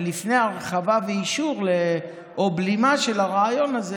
ולפני הרחבה ואישור או בלימה של הרעיון הזה,